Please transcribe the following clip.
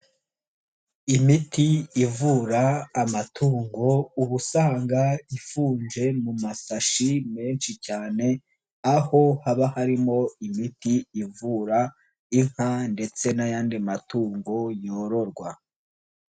Imiti ivura amatungo, uba usanga ifunze mu masashi menshi cyane, aho haba harimo imiti ivura inka ndetse n'ayandi matungo yororwa.